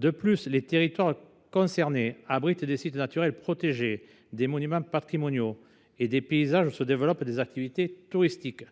pays. Les territoires concernés par ce tracé abritent de plus des sites naturels protégés, des monuments patrimoniaux et des paysages où se développent des activités touristiques.